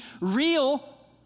real